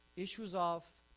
issues of